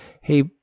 hey